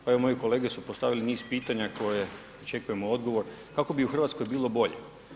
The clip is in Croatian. Pa evo moje kolege su postavile niz pitanja na koje čekamo odgovor, kako bi u Hrvatskoj bilo bolje?